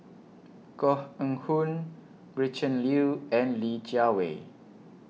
Koh Eng Hoon Gretchen Liu and Li Jiawei